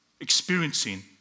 experiencing